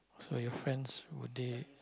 so your friends would they